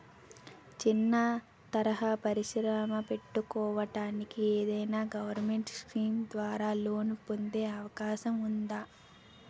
చిన్న తరహా పరిశ్రమ పెట్టుకోటానికి ఏదైనా గవర్నమెంట్ స్కీం ద్వారా లోన్ పొందే అవకాశం ఉందా?